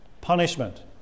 punishment